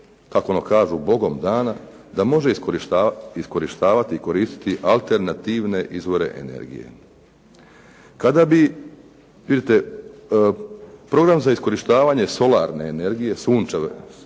kako ono kažu: "Bogom dana" da može iskorištavati i koristiti alternativne izvore energije. Kada bi, vidite, Program za iskorištavanje solarne energije, energije